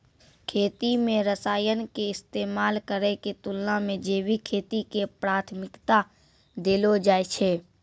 खेती मे रसायन के इस्तेमाल करै के तुलना मे जैविक खेती के प्राथमिकता देलो जाय छै